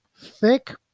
thick